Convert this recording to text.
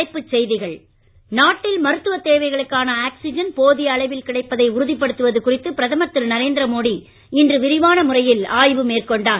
தலைப்புச் செய்திகள் நாட்டில் மருத்துவ தேவைகளுக்கான ஆக்சிஜன் போதிய அளவில் கிடைப்பதை உறுதிப் படுத்துவது குறித்து பிரதமர் திரு நரேந்திர மோடி இன்று விரிவான முறையில் ஆய்வு மேற்கொண்டார்